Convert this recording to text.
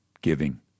giving